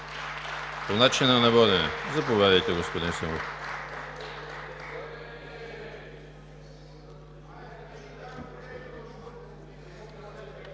По начина на водене – заповядайте, господин Симов.